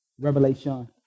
revelation